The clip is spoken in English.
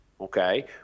okay